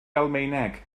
almaeneg